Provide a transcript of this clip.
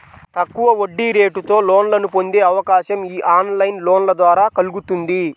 తక్కువ వడ్డీరేటుతో లోన్లను పొందే అవకాశం యీ ఆన్లైన్ లోన్ల ద్వారా కల్గుతుంది